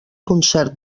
concert